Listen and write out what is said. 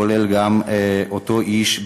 כולל גם אותו איש,